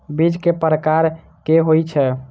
बीज केँ प्रकार कऽ होइ छै?